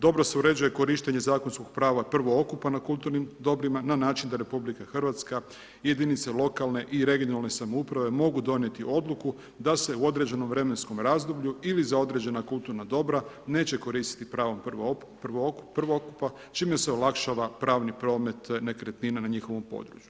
Dobro se uređuje korištenje zakonskog prava prvokupa na kulturni dobrima na način da RH i jedinice lokalne i regionalne samouprave mogu donijeti odluku da se u određenom vremenskom razdoblju ili za određena kulturna dobra neće koristiti pravo prvokupa čime olakšava pravni promet nekretnina na njihovom području.